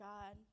God